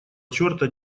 черта